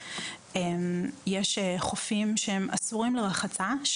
יש חופים שהם אסורים לרחצה.